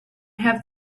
have